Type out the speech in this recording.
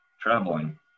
traveling